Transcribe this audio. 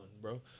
bro